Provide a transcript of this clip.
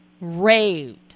raved